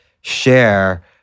share